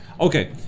Okay